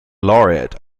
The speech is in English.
laureate